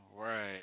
Right